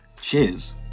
cheers